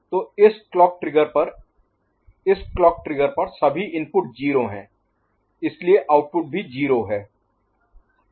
तो इस clock trigger पर इस क्लॉक ट्रिगर पर सभी इनपुट 0 हैं इसलिए आउटपुट भी 0 हैं